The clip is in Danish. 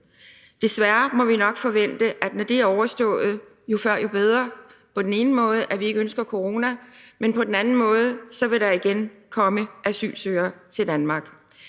Desværre må vi nok forvente, at når det er overstået – jo før, jo bedre, for vi ønsker ikke corona – så vil der igen komme asylsøgere til Danmark.